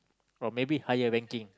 or maybe higher ranking